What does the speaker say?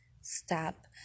stop